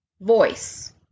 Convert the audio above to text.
voice